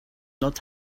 not